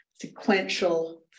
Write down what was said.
sequential